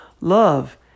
love